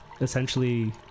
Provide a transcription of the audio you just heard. essentially